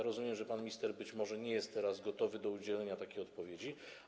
Rozumiem, że pan minister być może nie jest teraz gotowy do udzielenia odpowiedzi.